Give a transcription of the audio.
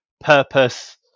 purpose